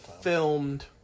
...filmed